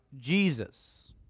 Jesus